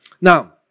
Now